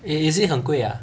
eh is it 很贵 ah